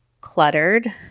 cluttered